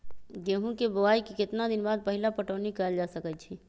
गेंहू के बोआई के केतना दिन बाद पहिला पटौनी कैल जा सकैछि?